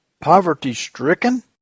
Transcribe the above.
poverty-stricken